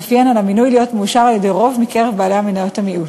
שלפיהן על המינוי להיות מאושר על-ידי רוב מקרב בעלי מניות המיעוט.